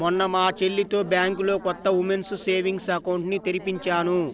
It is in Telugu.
మొన్న మా చెల్లితో బ్యాంకులో కొత్త ఉమెన్స్ సేవింగ్స్ అకౌంట్ ని తెరిపించాను